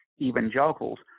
evangelicals